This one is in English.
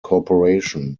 corporation